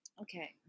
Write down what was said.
Okay